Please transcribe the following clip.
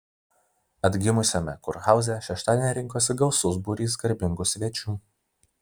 atgimusiame kurhauze šeštadienį rinkosi gausus būrys garbingų svečių